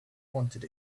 wanted